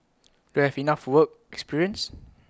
do I have enough work experience